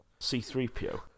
C3PO